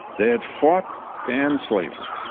they had fought to end slavery,